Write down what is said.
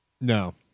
No